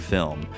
Film